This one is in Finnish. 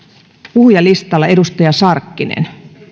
puhujalistalla edustaja sarkkinen